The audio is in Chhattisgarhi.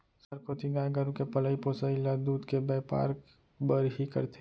सहर कोती गाय गरू के पलई पोसई ल दूद के बैपार बर ही करथे